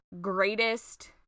greatest